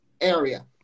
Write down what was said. area